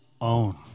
own